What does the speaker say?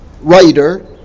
writer